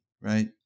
right